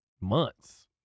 months